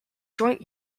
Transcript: joint